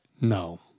No